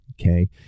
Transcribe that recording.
Okay